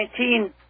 19